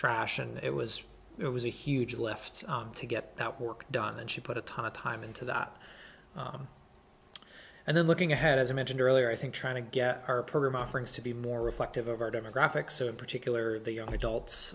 trash and it was it was a huge left to get that work done and she put a ton of time into that and then looking ahead as i mentioned earlier i think trying to get our program offerings to be more reflective of our demographics so in particular the young adults